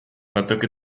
natuke